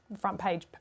front-page